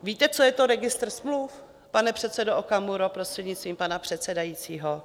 Víte, co je to Registr smluv, pane předsedo Okamuro, prostřednictvím pana předsedajícího?